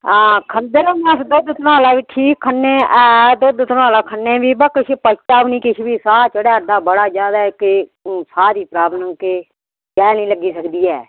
आं खंदे न अश दुद्ध धनाला बी ठीक खन्नै ऐ ते खन्नै बाऽ भी ते तुसेंगी पचदा गै नेईं ते तुसेंगी पचदा बी निं ऐ ते साह् दी प्रॉब्लम केह् गैं निं लग्गी सकदी ऐ